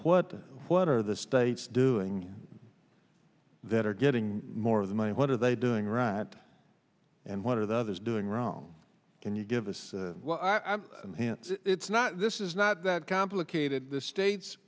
what what are the states doing that are getting more of the money what are they doing right and what are the others doing wrong can you give us well i'm it's not this is not that complicated the states